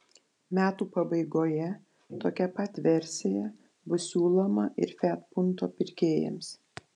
metų pabaigoje tokia pat versija bus siūloma ir fiat punto pirkėjams